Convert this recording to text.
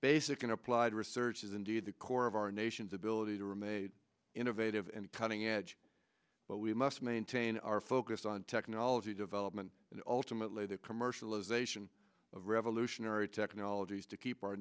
basic and applied research is indeed the core of our nation's ability to remain innovative and cutting edge but we must maintain our focus on technology development and ultimately the commercialization of revolutionary technologies to keep our